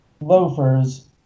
loafers